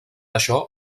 això